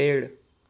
पेड़